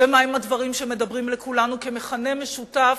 ומהם הדברים שמדברים לכולנו כמכנה משותף.